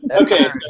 Okay